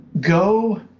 Go